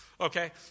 Okay